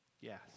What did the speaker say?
Yes